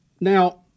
Now